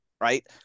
right